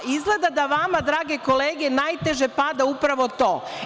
Izgleda da vama, drage kolege, najteže pada upravo to.